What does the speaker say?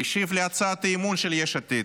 והשיב להצעת האי-אמון של יש עתיד,